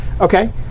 Okay